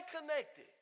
connected